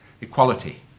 equality